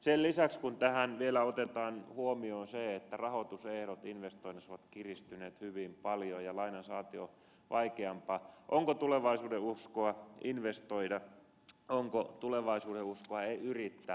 sen lisäksi kun tähän vielä otetaan huomioon se että rahoitusehdot investoinneissa ovat kiristyneet hyvin paljon ja lainansaanti on vaikeampaa onko tulevaisuudenuskoa investoida onko tulevaisuudenuskoa yrittää